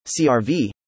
CRV